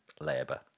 labour